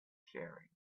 sharing